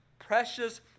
precious